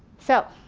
so,